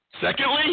Secondly